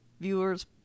viewers